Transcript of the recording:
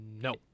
no